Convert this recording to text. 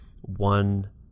one